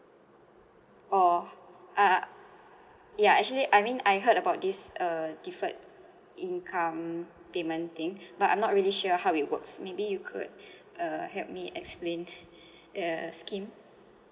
oh uh yeah actually I mean I heard about this uh deferred income payment thing but I'm not really sure how it works maybe you could uh help me explain the scheme